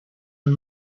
and